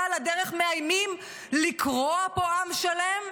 ועל הדרך מאיימים לקרוע פה עם שלם?